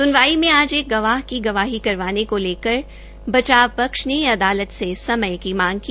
सुनवाई में आज एक गवाह की गवाही करवाने को लेकर बचाव पक्ष ने अदालत से समय की मांग की